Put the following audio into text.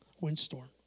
Windstorm